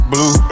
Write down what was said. Blue